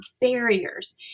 barriers